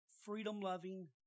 freedom-loving